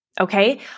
Okay